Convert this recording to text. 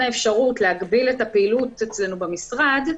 האפשרות להגביל את הפעילות אצלנו במשרד,